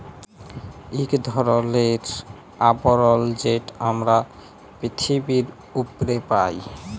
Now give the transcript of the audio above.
ইক ধরলের আবরল যেট আমরা পিথিবীর উপ্রে পাই